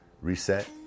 Reset